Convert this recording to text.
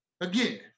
again